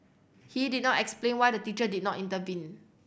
he did not explain why the teacher did not intervene